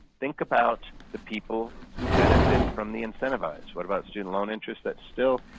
think about the people who benefit from the incentivized. what about student loan interest that's still,